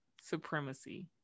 supremacy